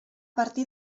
partir